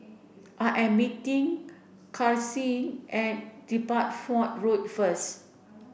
I am meeting Karsyn at Deptford Road first